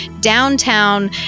downtown